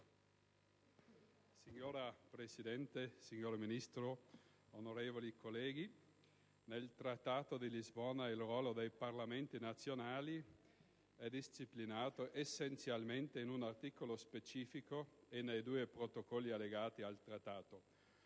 Signora Presidente, signor Ministro, onorevoli colleghi, nel Trattato di Lisbona il ruolo dei Parlamenti nazionali é disciplinato essenzialmente in un articolo specifico e nei due Protocolli allegati al Trattato.